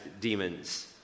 Demons